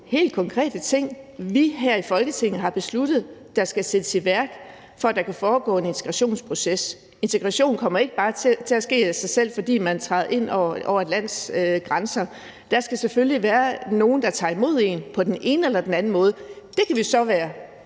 helt konkrete ting, som vi her i Folketinget har besluttet skal sættes i værk, for at der kan foregå en integrationsproces. Integration kommer ikke bare til at ske af sig selv, fordi man træder ind over et lands grænser. Der skal selvfølgelig være nogen, der tager imod en på den ene eller den anden måde. Det kan vi så være